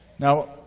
Now